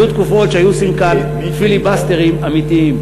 היו תקופות שהיו עושים כאן פיליבסטרים אמיתיים.